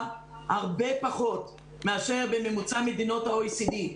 הרבה פחות מאשר בממוצע ממדינות ה-OECD.